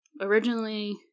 Originally